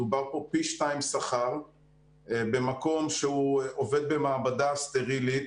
מדובר פה פי שניים שכר במקום שהוא עובד במעבדה סטרילית,